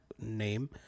name